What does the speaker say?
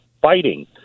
fighting